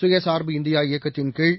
சுயசார்பு இந்தியா இயக்கத்தின் கீழ்